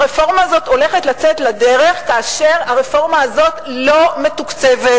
הרפורמה הזאת הולכת לצאת לדרך כאשר הרפורמה הזאת לא מתוקצבת,